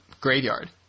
graveyard